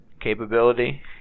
capability